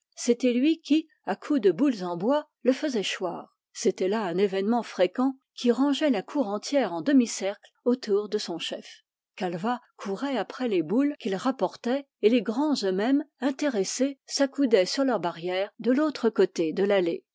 c'était lui qui à coup de boules en bois le faisait choir c'était là un événement fréquent qui rangeait la cour entière en demi-cercle autour de son chef calvat courait après les boules qu'il rapportait et les grands eux-mêmes intéressés s'accoudaient sur leur barrière de l'autre côté de l'allée